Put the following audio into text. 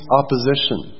opposition